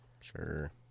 Sure